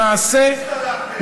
למעשה, אתם הסתלקתם.